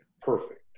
perfect